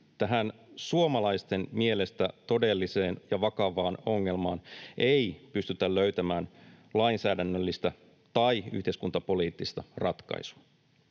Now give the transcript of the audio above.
tähän suomalaisten mielestä todelliseen ja vakavaan ongelmaan ei pystytä löytämään lainsäädännöllistä tai yhteiskuntapoliittista ratkaisua.